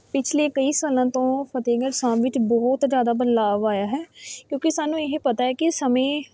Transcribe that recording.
ਪਿਛਲੇ ਕਈ ਸਾਲਾਂ ਤੋਂ ਫਤਿਹਗੜ੍ਹ ਸਾਹਿਬ ਵਿੱਚ ਬਹੁਤ ਜ਼ਿਆਦਾ ਬਦਲਾਵ ਆਇਆ ਹੈ ਕਿਉਂਕਿ ਸਾਨੂੰ ਇਹ ਪਤਾ ਹੈ ਕਿ ਸਮੇਂ